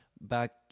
back